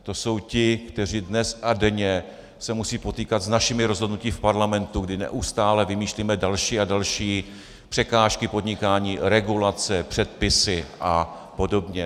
To jsou ti, kteří dnes a denně se musí potýkat s našimi rozhodnutími v parlamentu, kdy neustále vymýšlíme další a další překážky podnikání, regulace, předpisy a podobně.